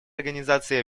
организации